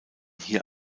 hier